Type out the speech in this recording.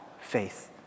faith